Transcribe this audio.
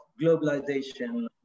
globalization